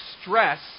stress